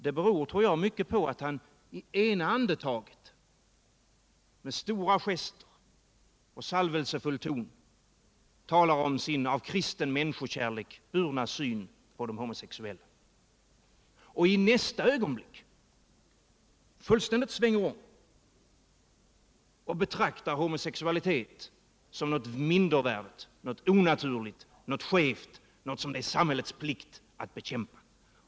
Det beror mycket på att han i ena andetaget med stora gester och salvelsefull ton talar om sin av kristen människokärlek burna syn på de homosexuella, och i nästa andetag fullständigt svänger om och betraktar homosexualitet som något mindervärdigt, något onaturligt, något skevt och något som det är samhällets plikt att bekämpa.